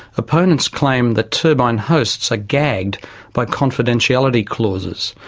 opponents claimed that turbine hosts are gagged by confidentiality clauses,